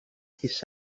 his